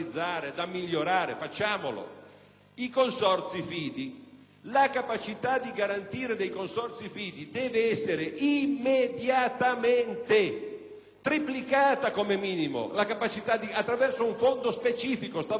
facciamolo! La capacità di garantire dei consorzi fidi deve essere immediatamente triplicata, come minimo, attraverso un fondo specifico. Questa volta in bilancio bisogna prevedere una cifra